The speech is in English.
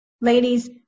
Ladies